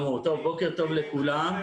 לכולם.